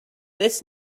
this